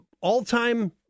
all-time